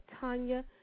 tanya